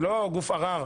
היא לא גוף ערר.